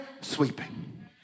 sweeping